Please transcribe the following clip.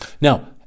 Now